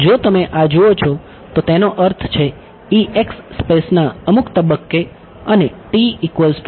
જો તમે આ જુઓ છો તો તેનો અર્થ છે સ્પેસના અમુક તબક્કે અને છે